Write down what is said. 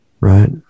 Right